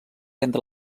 entre